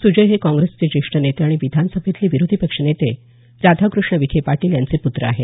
सुजय हे काँग्रेसचे ज्येष्ठ नेते आणि विधानसभेतले विरोधी पक्ष नेते राधाकृष्ण विखे पाटील यांचे प्त्र आहेत